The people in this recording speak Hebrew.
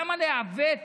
למה לעוות